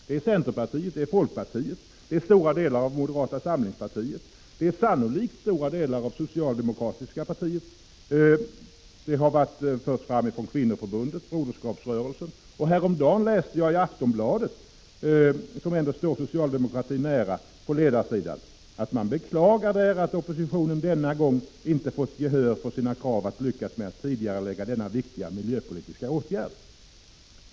Det är centerpartiet, det är folkpartiet, det är stora delar av moderata samlingspartiet, det är sannolikt stora delar av det socialdemokratiska partiet, i första hand Kvinnoförbundet och Broderskapsrörelsen. Och häromdagen läste jag på ledarsidan i Aftonbladet, som ändå står socialdemokratin nära, att man beklagade att oppositionen denna gång inte lyckats få gehör för sina krav på tidigareläggning av denna miljöpolitiska åtgärd.